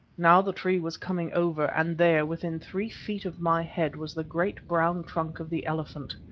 now the tree was coming over, and there, within three feet of my head, was the great brown trunk of the elephant.